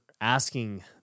asking